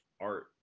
art